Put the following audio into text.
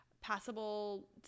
passable